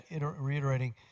reiterating